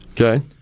okay